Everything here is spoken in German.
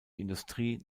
industrie